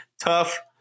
tough